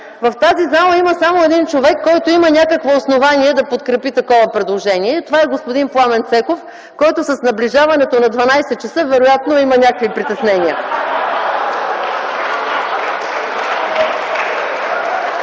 В тази зала има само един човек, който има някакво основание да подкрепи такова предложение. Тава е господин Пламен Цеков, който с наближаването на дванадесет часа вероятно има някакви притеснения.